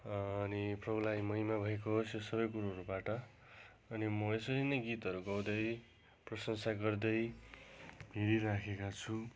अनि प्रभुलाई महिमा भएको छ सबै कुरोहरूबाट अनि मैले चाहिँ यिनै गीतहरू गाउँदै प्रशंसा गर्दै हिँडिराखेका छु